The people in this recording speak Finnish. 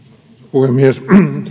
puhemies